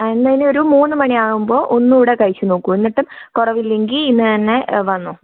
ആ എന്നാൽ ഇനി ഒരു മൂന്നു മണി ആകുമ്പോൾ ഒന്നൂടെ കഴിച്ച് നോക്കൂ എന്നിട്ടും കുറവില്ലെങ്കിൽ ഇന്ന് തന്നെ വന്നോ